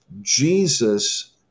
Jesus